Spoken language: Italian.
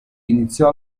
iniziò